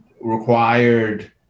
required